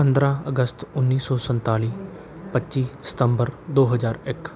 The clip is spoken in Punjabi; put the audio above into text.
ਪੰਦਰਾਂ ਅਗਸਤ ਉੱਨੀ ਸੌ ਸੰਤਾਲੀ ਪੱਚੀ ਸਤੰਬਰ ਦੋ ਹਜ਼ਾਰ ਇੱਕ